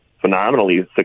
phenomenally